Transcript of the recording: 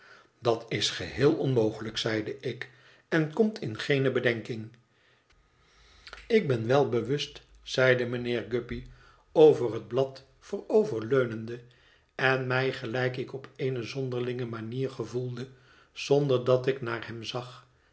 dat is geheel onmogelijk zeide ik en komt in geene bedenking ik ben welbewust zeide mijnheer guppy over het blad vooroverleunende en mij gelijk ik op eene zonderlinge manier gevoelde zonder dat ik naar hem zag